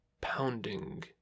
pounding